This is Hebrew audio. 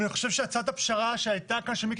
אני חושב שהצעת הפשרה שהייתה כאן של מיקי